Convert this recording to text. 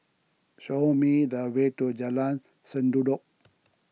show me the way to Jalan Sendudok